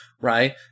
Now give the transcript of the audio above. right